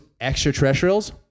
extraterrestrials